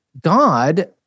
God